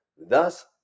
Thus